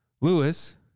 Lewis